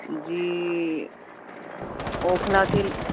جی اوکھلا کے لی